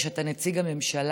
שאתה נציג הממשלה,